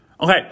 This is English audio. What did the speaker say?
Okay